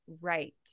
Right